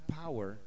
power